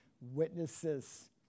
witnesses